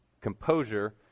composure